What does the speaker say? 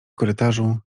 korytarzu